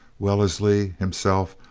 wellesley himself,